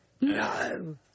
No